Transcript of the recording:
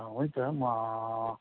हुन्छ म